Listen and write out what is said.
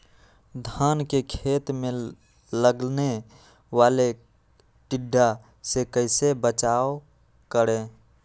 धान के खेत मे लगने वाले टिड्डा से कैसे बचाओ करें?